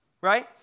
right